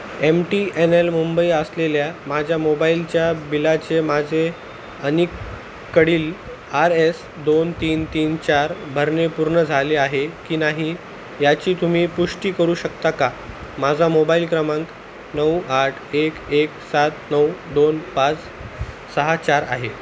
M T N L Mumbai असलेल्या माझ्या मोबाईलच्या बिलाचे माझे अलीकडील आर एस दोन तीन तीन चार भरणे पूर्ण झाले आहे की नाही याची तुम्ही पुष्टी करू शकता का माझा मोबाईल क्रमांक नऊ आठ एक एक सात नऊ दोन पाच सहा चार आहे